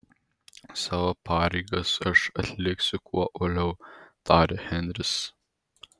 savo pareigas aš atliksiu kuo uoliau tarė henris